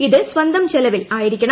ഇത് സ്വന്തം ചെലവിൽ ആയിരിക്കണം